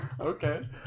okay